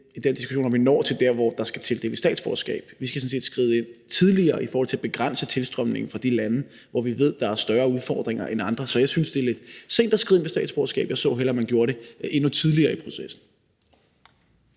i den diskussion, når vi når til der, hvor der skal tildeles statsborgerskab. Vi skal sådan set skride ind tidligere i forhold til at begrænse tilstrømningen fra de lande, hvor vi ved der er større udfordringer end fra andre lande. Så jeg synes, det er lidt sent at skride ind ved ansøgningen om statsborgerskab; jeg så hellere, at man gjorde det endnu tidligere i processen.